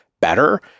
better